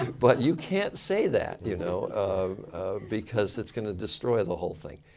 but you can't say that you know um because that's going to destroy the whole thing.